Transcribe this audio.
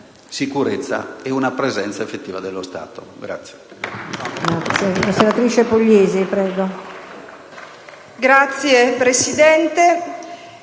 sicurezza e una presenza effettiva dello Stato.